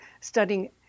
studying